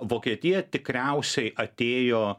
vokietija tikriausiai atėjo